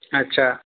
अछा